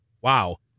Wow